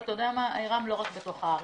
ואתה יודע מה, רם, לא רק בתוך הארץ.